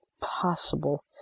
possible